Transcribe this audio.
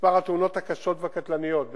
במספר התאונות הקשות והקטלניות,